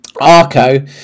Arco